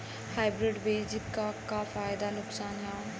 Hybrid बीज क का फायदा नुकसान ह?